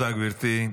תודה, גברתי.